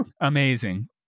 Amazing